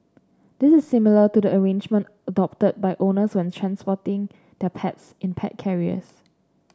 this is similar to the arrangement adopted by owners when transporting their pets in pet carriers